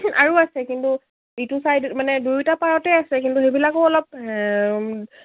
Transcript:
আৰু আছে কিন্তু ইটো চাইড মানে দুয়োটা পাৰতে আছে কিন্তু সেইবিলাকো অলপ